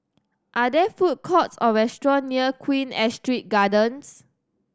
are there food courts or restaurant near Queen Astrid Gardens